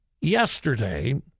Yesterday